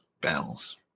battles